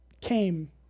came